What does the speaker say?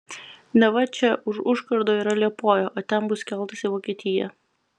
neva čia už užkardo yra liepoja o ten bus keltas į vokietiją